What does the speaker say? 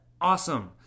awesome